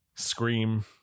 Scream